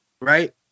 Right